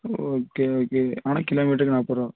okay okay ஆனால் kilo மீட்டருக்கு நாற்பதுரூவா